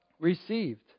Received